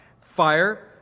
Fire